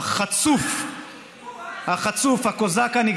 אדוני היושב-ראש, חבל שאיימן ברח,